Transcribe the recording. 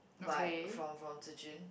but from from Zi Jun